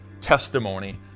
testimony